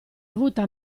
avuta